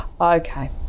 Okay